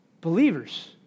believers